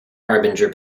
harbinger